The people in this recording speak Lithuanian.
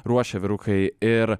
ruošia vyrukai ir